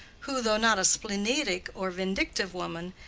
who, though not a splenetic or vindictive woman,